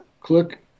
click